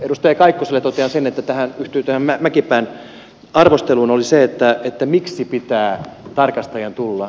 edustaja kaikkoselle totean kun hän yhtyi tuohon mäkipään arvosteluun siinä miksi pitää tarkastajan tulla